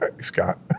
Scott